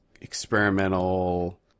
experimental